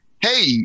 Hey